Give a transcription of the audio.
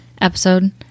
episode